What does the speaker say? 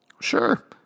Sure